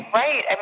right